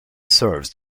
serves